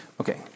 Okay